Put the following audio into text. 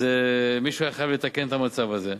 ומישהו היה חייב לתקן את המצב הזה.